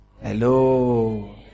Hello